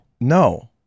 No